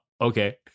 okay